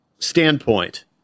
Standpoint